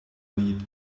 lead